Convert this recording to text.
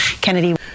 kennedy